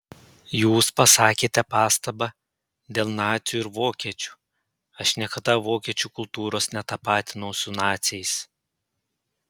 jūs pasakėte pastabą dėl nacių ir vokiečių aš niekada vokiečių kultūros netapatinau su naciais